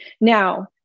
Now